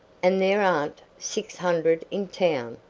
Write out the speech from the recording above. and there aren't six hundred in town,